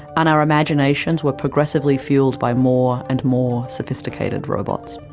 and our imaginations were progressively fueled by more and more sophisticated robots.